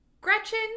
Gretchen